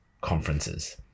conferences